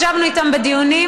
ישבנו איתם בדיונים.